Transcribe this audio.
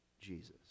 Jesus